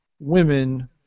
women